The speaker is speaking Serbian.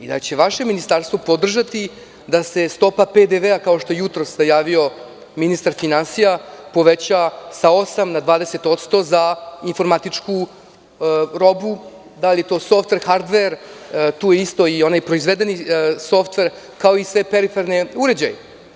i vaše Ministarstvo podržati da se stopa PDV, kao što je jutros najavio ministar finansija, poveća sa 8 na 20% za informatičku robu, da li je to softver, hardver, tu je isto i onaj proizvedeni softver kao i svi periferni uređaji?